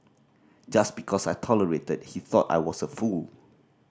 just because I tolerated he thought I was a fool